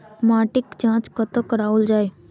माटिक जाँच कतह कराओल जाए?